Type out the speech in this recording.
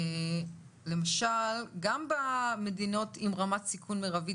גם במדינות עם רמת סיכון מרבית,